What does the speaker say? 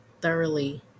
thoroughly